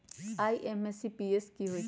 IMPS की होईछइ?